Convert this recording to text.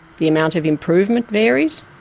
the amount of improvement varies.